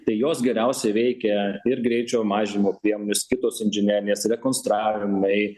tai jos geriausiai veikia ir greičio mažinimo priemonės vis kitos inžinerinės rekonstravimai